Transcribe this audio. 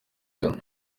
ghana